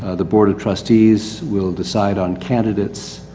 ah the board of trustees will decide on candidates